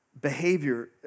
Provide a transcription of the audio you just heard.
Behavior